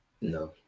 No